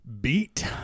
beat